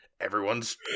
Everyone's